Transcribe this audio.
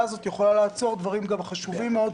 הזאת יכולה לעצור גם דברים חשובים מאוד,